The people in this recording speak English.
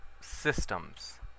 systems